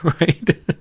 Right